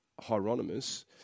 Hieronymus